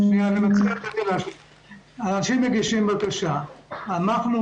אני הגשתי עכשיו את הבקשה הזאת,